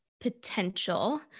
potential